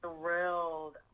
thrilled